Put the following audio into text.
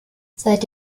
seid